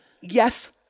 yes